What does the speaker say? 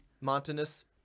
Montanus